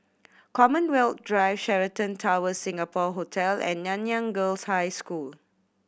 Commonwealth Drive Sheraton Towers Singapore Hotel and Nanyang Girls' High School